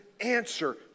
answer